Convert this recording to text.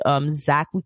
Zach